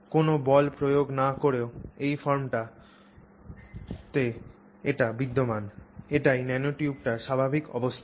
কোনও বল প্রয়োগ না করেও এই ফর্মটিতে এটি বিদ্যমান এটিই ন্যানোটিউবটির স্বাভাবিক অবস্থান